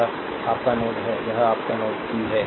यह आपका नोड है यह आपका नोड पी है